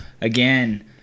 again